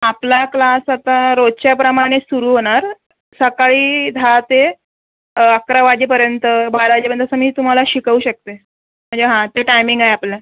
आपला क्लास आता रोजच्या प्रमाणेच सुरू होणार सकाळी दहा ते अकरा वाजेपर्यंत बारा वाजेपर्यंत असं मी तुम्हाला शिकवू शकते म्हणजे हां ते टायमिंग आहे आपलं